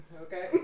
Okay